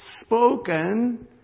Spoken